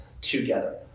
together